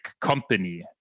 company